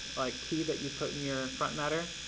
like key that you put in your front matter,